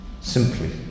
simply